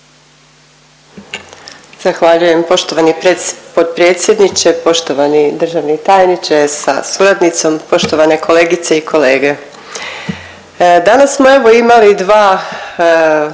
Zahvaljujem poštovani potpredsjedniče. Poštovani državni tajniče sa suradnikom, kolegice i kolege, danas evo svi razgovaramo